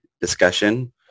discussion